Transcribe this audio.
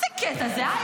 איזה קטע זה, אה?